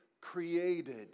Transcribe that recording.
created